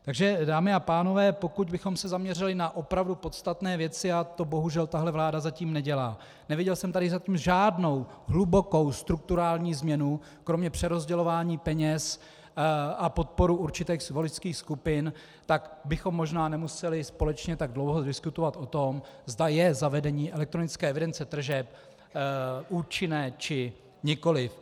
Takže dámy a pánové, pokud bychom se zaměřili na opravdu podstatné věci, a to bohužel tato vláda zatím nedělá, neviděl jsem tady zatím žádnou hlubokou strukturální změnu kromě přerozdělování peněz a podporu určitých voličských skupin, tak bychom možná nemuseli společně tak dlouho diskutovat o tom, zda je zavedení EET účinné, či nikoliv.